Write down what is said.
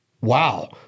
wow